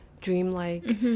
dreamlike